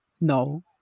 No